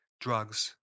drugs